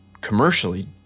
commercially